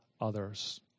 others